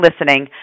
listening